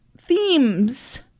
themes